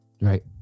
Right